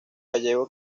gallego